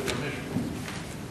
נוקד.